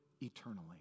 eternally